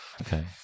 Okay